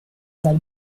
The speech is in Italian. dal